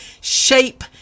shape